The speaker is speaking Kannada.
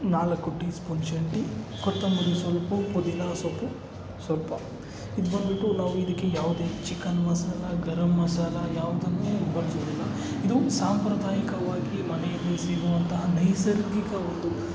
ನಾಲ್ಕು ಟೀ ಸ್ಪೂನ್ ಶುಂಠಿ ಕೊತ್ತಂಬರಿ ಸ್ವಲ್ಪ ಪುದಿನ ಸೊಪ್ಪು ಸ್ವಲ್ಪ ಇದು ಬಂದ್ಬಿಟ್ಟು ನಾವು ಇದಕ್ಕೆ ಯಾವುದೇ ಚಿಕನ್ ಮಸಾಲ ಗರಮ್ ಮಸಾಲ ಯಾವುದನ್ನೂ ಬಳಸುವುದಿಲ್ಲ ಇದು ಸಾಂಪ್ರದಾಯಿಕವಾಗಿ ಮನೆಯಲ್ಲಿ ಸಿಗುವಂತಹ ನೈಸರ್ಗಿಕ ಒಂದು